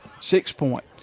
six-point